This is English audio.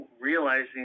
realizing